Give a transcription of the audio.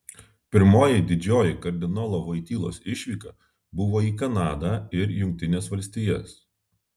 pirmoji didžioji kardinolo voitylos išvyka buvo į kanadą ir jungtines valstijas